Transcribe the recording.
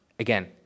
Again